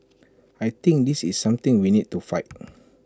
I think this is something we need to fight